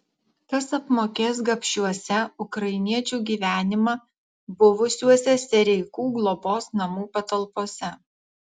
kas apmokės gabšiuose ukrainiečių gyvenimą buvusiuose sereikų globos namų patalpose